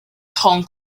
hong